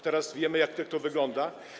Teraz wiemy, jak to wygląda.